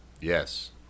yes